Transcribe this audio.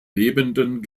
lebenden